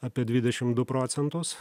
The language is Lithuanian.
apie dvidešim du procentus